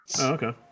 okay